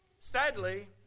Sadly